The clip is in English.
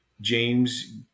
James